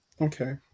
Okay